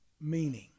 meaning